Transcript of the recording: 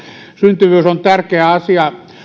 syntyvyys on tärkeä asia